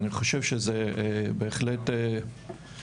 אני חושב שזה בהחלט מאוד